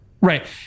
Right